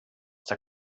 der